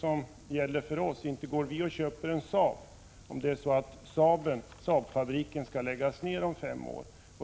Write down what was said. Samma sak gäller för oss: Inte går man och köper en Saab om Saab-fabriken skall läggas ned om fem år!